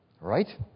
Right